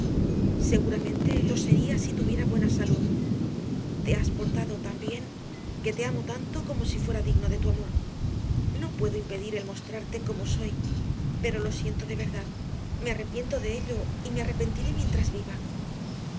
seguramente lo sería si tuviera buena salud te has portado tan bien que te amo tanto como si fuera digno de tu amor no puedo impedir el mostrarte como soy pero lo siento de verdad me arrepiento de ello y me arrepentiré mientras viva